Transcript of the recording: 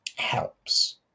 helps